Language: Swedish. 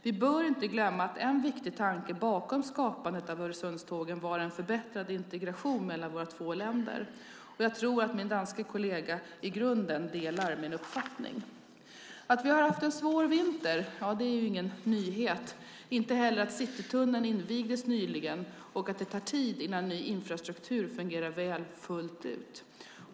Vi bör inte glömma att en viktig tanke bakom skapandet av Öresundstågen var en förbättrad integration mellan våra två länder. Jag tror att min danske kollega i grunden delar min uppfattning. Att vi har haft en svår vinter är ingen nyhet, inte heller att Citytunneln invigdes nyligen och att det tar tid innan ny infrastruktur fungerar väl fullt ut.